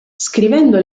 scrivendo